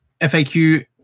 FAQ